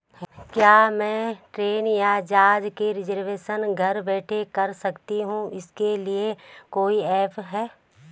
क्या मैं ट्रेन या जहाज़ का रिजर्वेशन घर बैठे कर सकती हूँ इसके लिए कोई ऐप है?